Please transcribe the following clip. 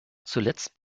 zuletzt